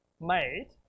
made